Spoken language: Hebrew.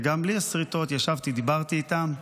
וגם לי יש שריטות, ישבתי ודיברתי איתם,